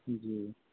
جی